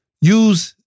Use